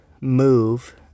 move